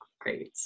great